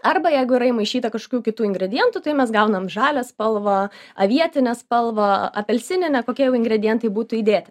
arba jeigu yra įmaišyta kažkokių kitų ingredientų tai mes gaunam žalią spalvą avietinę spalvą apelsininę kokie jau ingredientai būtų įdėti